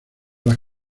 las